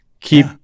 keep